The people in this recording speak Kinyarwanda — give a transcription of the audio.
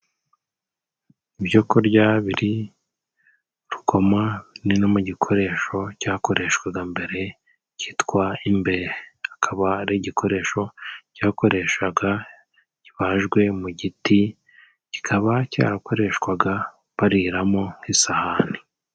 Ibyo kurya biri rukoma ni no mu gikoresho cyakoreshwaga mbere cyitwa imbehe. Akaba ari igikoresho cyakoreshwaga kibajwe mu giti, kikaba cyarakoreshwaga bariramo nk'isahani.